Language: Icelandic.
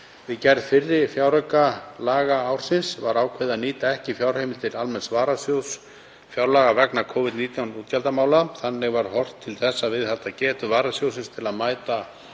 Við gerð fyrri fjáraukalaga ársins var ákveðið að nýta ekki fjárheimildir almenns varasjóðs fjárlaga vegna Covid-19 útgjaldamála. Þannig var horft til þess að viðhalda getu varasjóðsins til að mæta